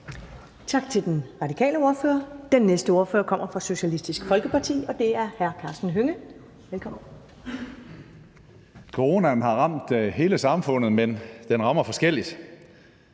Coronaen har ramt hele samfundet, men den rammer forskelligt.